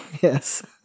Yes